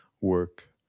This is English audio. work